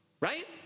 Right